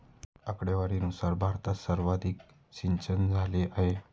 आकडेवारीनुसार भारतात सर्वाधिक सिंचनझाले आहे